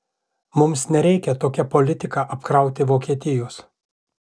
mums nereikia tokia politika apkrauti vokietijos